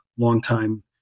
long-time